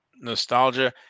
nostalgia